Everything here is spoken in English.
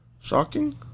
Shocking